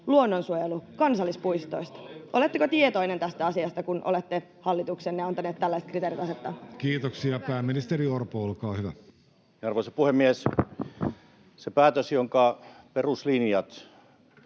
Paljonko siellä on valtion metsää?] Oletteko tietoinen tästä asiasta, kun olette hallituksenne antanut tällaiset kriteerit asettaa? Kiitoksia. — Pääministeri Orpo, olkaa hyvä. Arvoisa puhemies! Se päätös, jonka peruslinjat